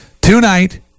Tonight